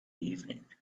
evening